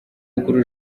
mukuru